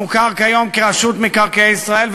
המוכר כיום כרשות מקרקעי ישראל,